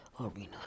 arena